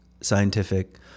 scientific